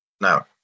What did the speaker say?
Now